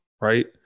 right